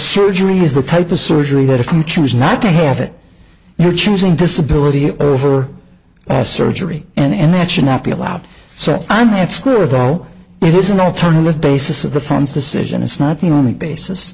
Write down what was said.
surgery is the type of surgery that if you choose not to have it you're choosing disability over surgery and that should not be allowed so i'm at school at all it is an alternative basis of the funds decision it's not the only basis